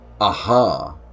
Aha